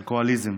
אלכוהוליזם.